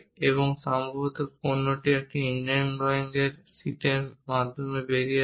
এবং সম্ভবত পণ্যটি এই ইঞ্জিনিয়ারিং ড্রয়িং শীটের মাধ্যমে বেরিয়ে আসে